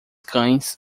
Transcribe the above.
cães